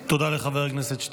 תודה לחבר הכנסת שטרן.